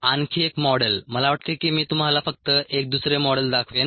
आणखी एक मॉडेल मला वाटते की मी तुम्हाला फक्त एक दुसरे मॉडेल दाखवेन